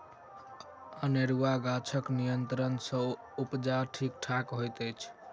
अनेरूआ गाछक नियंत्रण सँ उपजा ठीक ठाक होइत अछि